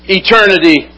eternity